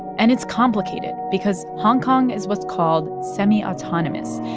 and it's complicated because hong kong is what's called semi-autonomous,